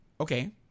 Okay